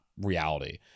reality